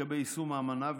לגבי יישום האמנה,